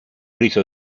riso